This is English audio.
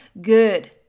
good